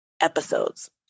episodes